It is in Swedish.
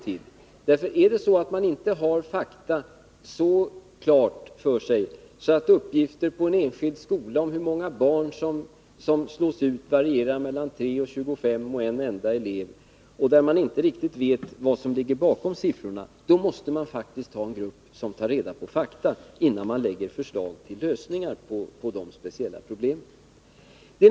Är det så att man på en enskild skola inte har fakta mer klart för sig än att uppgifterna om hur många barn som slås ut varierar mellan 3, 25 och 1 elev och när man inte riktigt vet vad som ligger bakom siffrorna, då måste man faktiskt låta en grupp ta reda på fakta, innan man lägger fram förslag till lösningar på de speciella problemen.